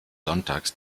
sonntags